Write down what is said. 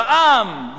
בעם,